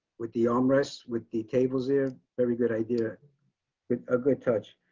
with the armrest with the tables here very good idea with a good touch.